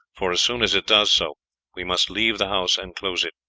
for as soon as it does so we must leave the house and close it.